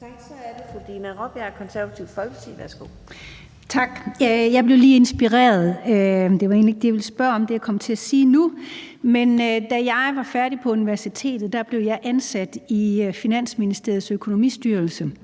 det, jeg kommer til at sige nu, var egentlig ikke det, jeg ville spørge om. Da jeg var færdig på universitetet, blev jeg ansat i Finansministeriets økonomistyrelse